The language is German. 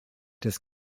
des